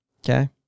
Okay